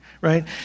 right